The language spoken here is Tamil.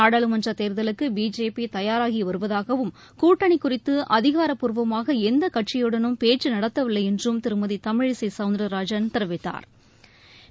நாடாளுமன்ற தேர்தலுக்கு பிஜேபி தயாரகி வருவதாகவும் கூட்டணி குறித்து அதிகாரப்பூர்வமாக எந்த கட்சியுடனும் பேச்சு நடத்தவில்லை என்றும் திருமதி தமிழிசை சௌந்தா்ராஜன் தெரிவித்தாா்